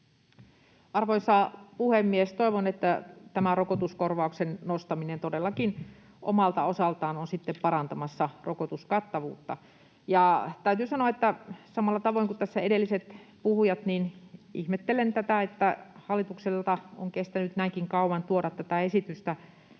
Arvoisa puhemies! Toivon, että tämä rokotuskorvauksen nostaminen todellakin omalta osaltaan on sitten parantamassa rokotuskattavuutta. Täytyy sanoa, että ihmettelen samalla tavoin kuin tässä edelliset puhujat tätä, että hallitukselta on kestänyt näinkin kauan tuoda tämä esitys